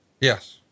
Yes